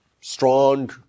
strong